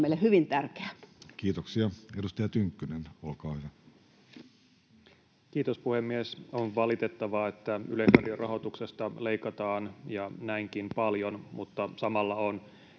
on meille hyvin tärkeä. Kiitoksia. — Edustaja Tynkkynen, olkaa hyvä. Kiitos, puhemies! On valitettavaa, että Yleisradion rahoituksesta leikataan ja näinkin paljon, mutta samalla on